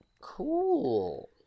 Cool